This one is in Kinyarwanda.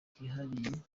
bwihariye